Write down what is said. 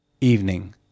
Evening